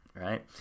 right